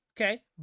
Okay